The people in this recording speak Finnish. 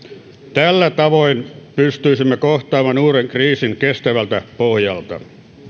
tällä tavoin pystyisimme kohtaamaan uuden kriisin kestävältä pohjalta